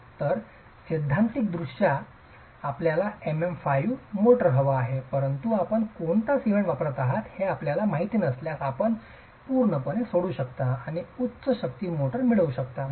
तर सैद्धांतिकदृष्ट्या आपल्याला MM 5 मोर्टार हवा असेल परंतु आपण कोणता सिमेंट वापरत आहात हे आपल्याला माहिती नसल्यास आपण पूर्णपणे सोडू शकता आणि उच्च शक्ती मोर्टार मिळवू शकता